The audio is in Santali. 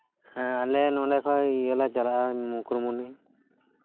ᱦᱮᱸ ᱟᱞᱮ ᱱᱚᱸᱰᱮ ᱠᱷᱚᱱ ᱤᱭᱟᱹ ᱞᱮ ᱪᱟᱞᱟᱜᱼᱟ ᱢᱩᱠᱩᱴᱢᱩᱱᱤ